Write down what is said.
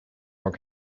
more